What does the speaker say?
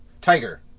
Tiger